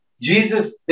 Jesus